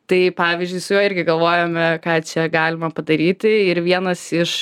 tai pavyzdžiui su juo irgi galvojome ką čia galima padaryti ir vienas iš